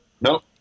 Nope